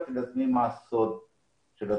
חשבתי לעצמי מה סוד ההצלחה